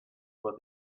for